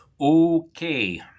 Okay